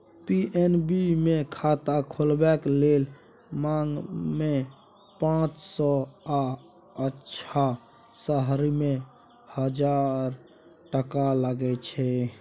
PNB मे खाता खोलबाक लेल गाममे पाँच सय आ अधहा शहरीमे हजार टका लगै छै